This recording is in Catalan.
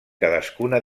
cadascuna